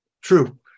True